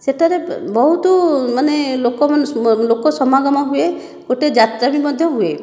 ସେଠାରେ ବହୁତ ମାନେ ଲୋକମାନେ ଲୋକ ସମାଗମ ହୁଏ ଗୋଟିଏ ଯାତ୍ରା ବି ମଧ୍ୟ ହୁଏ